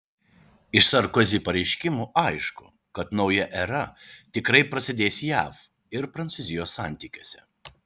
iš sarkozi pareiškimų aišku kad nauja era tikrai prasidės jav ir prancūzijos santykiuose